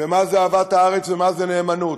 מה זו אהבת הארץ ומה זו נאמנות.